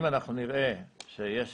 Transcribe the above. אם אנחנו נראה שיש